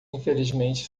infelizmente